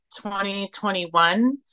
2021